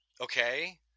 Okay